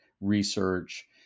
research